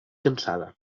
cansada